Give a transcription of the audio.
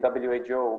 WHO,